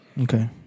Okay